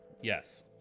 Yes